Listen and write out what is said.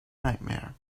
nightmare